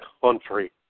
country